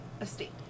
estate